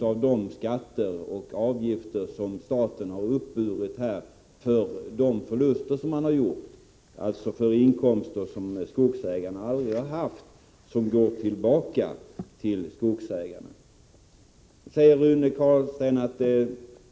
Av de skatter och avgifter som staten har uppburit för inkomster som skogsägarna aldrig har fått, dvs. de förluster som skogsägarna har gjort, är det bara en liten del som går tillbaka till skogsägarna. Rune Carlstein säger att det är